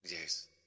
Yes